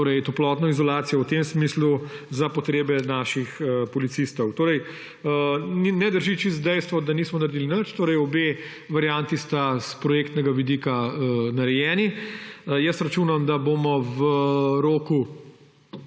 torej toplotno izolacijo v tem smislu, za potrebe naših policistov. Torej, ne drži čisto dejstvo, da nismo naredili nič, obe varianti sta s projektnega vidika narejeni. Računam, da bomo v roku